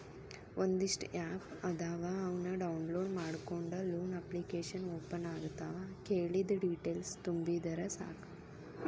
ಒಂದಿಷ್ಟ ಆಪ್ ಅದಾವ ಅವನ್ನ ಡೌನ್ಲೋಡ್ ಮಾಡ್ಕೊಂಡ ಲೋನ ಅಪ್ಲಿಕೇಶನ್ ಓಪನ್ ಆಗತಾವ ಕೇಳಿದ್ದ ಡೇಟೇಲ್ಸ್ ತುಂಬಿದರ ಸಾಕ